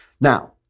Now